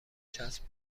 چسب